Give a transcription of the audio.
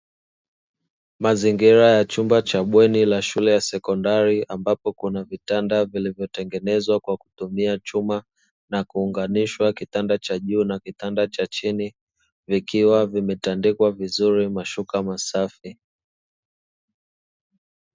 Mazingira ya chumba cha bweni la shule ya sekondari, ambapo kuna vitanda vilivyotengenezwa kwa kutumia chuma na kuunganishwa kitanda cha juu na kitanda cha chini vikiwa vimetandikwa vizuri mashuka masafi.